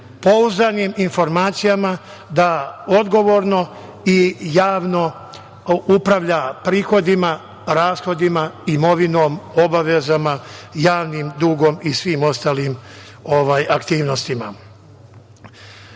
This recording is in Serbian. pouzdanim informacijama da odgovorno i javno upravlja prihodima, rashodima, imovinom, obavezama, javnim dugom i svim ostalim aktivnostima.U